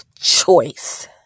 choice